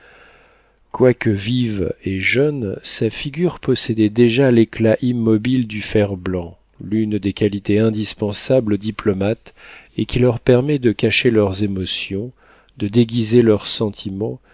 quoique vive et jeune sa figure possédait déjà l'éclat immobile du fer-blanc l'une des qualités indispensables aux diplomates et qui leur permet de cacher leurs émotions de déguiser leurs sentiments